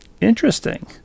Interesting